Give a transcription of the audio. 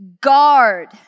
guard